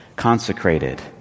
consecrated